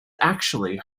actually